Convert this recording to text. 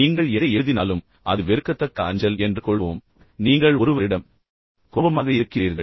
நீங்கள் எதை எழுதினாலும் அது நீங்கள் எழுதும் வெறுக்கத்தக்க அஞ்சல் என்று கொள்வோம் நீங்கள் ஒருவரிடம் கோபமாக இருக்கிறீர்கள்